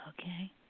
Okay